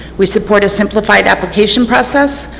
we support a simplified application process.